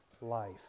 life